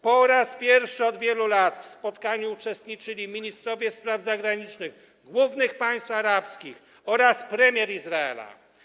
Po raz pierwszy od wielu lat w spotkaniu uczestniczyli ministrowie spraw zagranicznych głównych państw arabskich oraz premier Izraela.